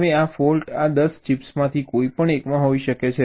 હવે આ ફૉલ્ટ આ 10 ચિપ્સમાંથી કોઈપણ એકમાં હોઈ શકે છે